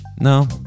No